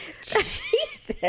Jesus